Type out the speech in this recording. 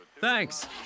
Thanks